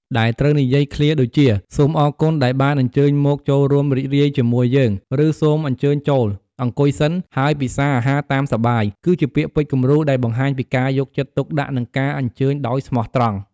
ដែលត្រូវនិយាយឃ្លាដូចជា "សូមអរគុណដែលបានអញ្ជើញមកចូលរួមរីករាយជាមួយយើង" ឬ "សូមអញ្ជើញចូល អង្គុយសិន ហើយពិសារអាហារតាមសប្បាយ" គឺជាពាក្យពេចន៍គំរូដែលបង្ហាញពីការយកចិត្តទុកដាក់ និងការអញ្ជើញដោយស្មោះត្រង់។